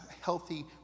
healthy